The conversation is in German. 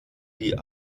die